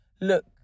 look